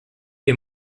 est